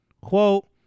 Quote